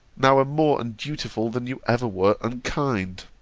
now am more undutiful than you ever was unkind.